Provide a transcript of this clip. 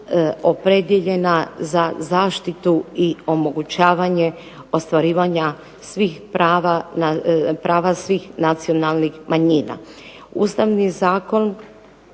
opredijeljena za zaštitu i omogućavanje ostvarivanja svih prava, prava svih nacionalnih manjina. Ustavni zakon